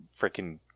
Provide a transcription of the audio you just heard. freaking